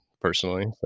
personally